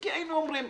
כי היינו אומרים,